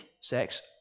sex